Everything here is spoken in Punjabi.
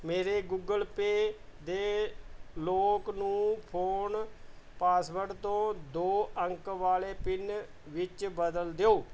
ਮੇਰੇ ਗੁਗਲ ਪੇ ਦੇ ਲੌਕ ਨੂੰ ਫ਼ੋਨ ਪਾਸਵਰਡ ਤੋਂ ਦੋ ਅੰਕ ਵਾਲੇ ਪਿੰਨ ਵਿੱਚ ਬਦਲ ਦਿਓ